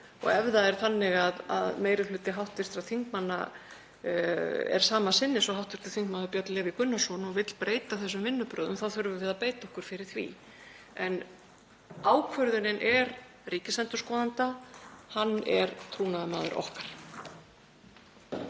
Ef það er þannig að meiri hluti hv. þingmanna er sama sinnis og hv. þm. Björn Leví Gunnarsson og vill breyta þessum vinnubrögðum þá þurfum við að beita okkur fyrir því. En ákvörðunin er ríkisendurskoðanda. Hann er trúnaðarmaður okkar.